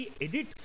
edit